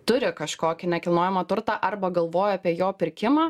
turi kažkokį nekilnojamą turtą arba galvoja apie jo pirkimą